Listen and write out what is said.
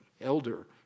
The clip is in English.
elder